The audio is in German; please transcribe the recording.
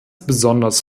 besonders